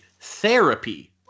therapy